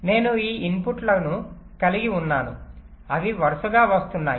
నేను ఈ ఇన్పుట్లను కలిగి ఉన్నాను అవి వరుసగా వస్తున్నాయి